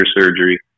surgery